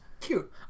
Cute